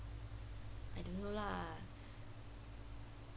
I don't know lah